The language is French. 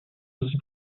aussi